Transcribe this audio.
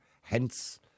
Hence